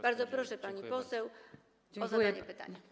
Bardzo proszę, pani poseł, o zadanie pytania.